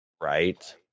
right